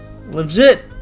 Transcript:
legit